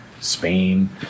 Spain